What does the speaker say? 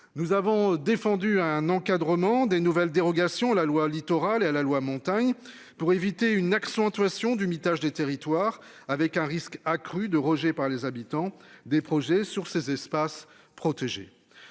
Nous avons défendu un encadrement des nouvelles dérogations la loi littoral et à la loi montagne pour éviter une accentuation du mitage des territoires, avec un risque accru de Roger par les habitants des projets sur ces espaces protégés.